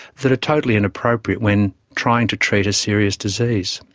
that are totally inappropriate when trying to treat a serious disease.